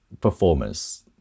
performance